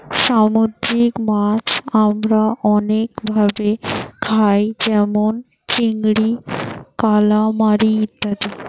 সামুদ্রিক মাছ আমরা অনেক ভাবে খাই যেমন চিংড়ি, কালামারী ইত্যাদি